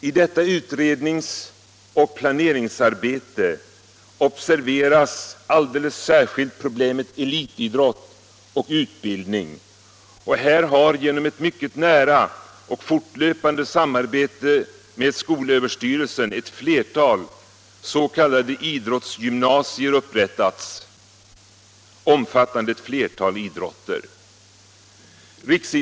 I detta utredningsoch planeringsarbete observeras alldeles särskilt problemet elitidrott och utbildning, och genom ett mycket nära och fortlöpande samarbete med skolöverstyrelsen har ett flertal s.k. idrottsgymnasier upprättats, omfattande ett flertal idrotter.